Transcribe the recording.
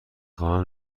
خواهم